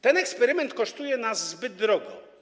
Ten eksperyment kosztuje nas zbyt drogo.